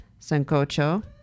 sancocho